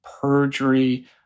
perjury